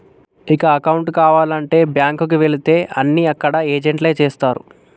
ఇక అకౌంటు కావాలంటే బ్యాంకుకి వెళితే అన్నీ అక్కడ ఏజెంట్లే చేస్తరు